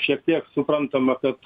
šiek tiek suprantama kad